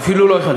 אפילו לא אחד.